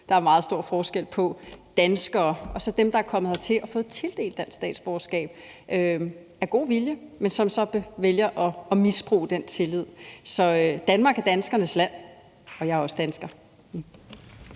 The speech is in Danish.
her tidligere, danskere og så dem, der er kommet hertil og har fået tildelt dansk statsborgerskab af god vilje, men som så vælger at misbruge den tillid. Så Danmark er danskernes land, og jeg er også dansker.